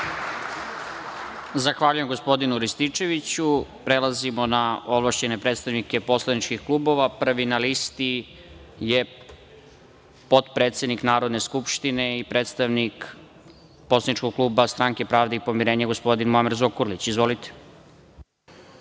Zahvaljujem gospodinu Rističeviću. Prelazimo na ovlašćene predstavnike poslaničkih klubova. Prvi na listi je potpredsednik Narodne skupštine i predsednik poslaničkog kluba Stranke pravde i pomirenja, gospodin Muamer Zukorlić. Izvolite.